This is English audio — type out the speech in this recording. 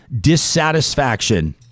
dissatisfaction